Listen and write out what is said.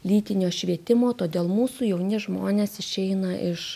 lytinio švietimo todėl mūsų jauni žmonės išeina iš